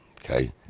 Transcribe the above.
Okay